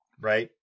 right